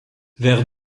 vers